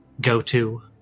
go-to